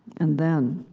and then,